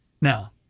Now